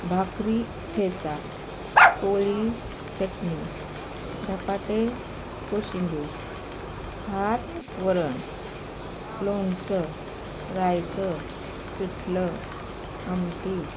भाकरी ठेचा पोळी चटणी धपाटे कोशिंबीर भात वरण लोणचं रायतं पिठलं आमटी